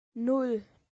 nan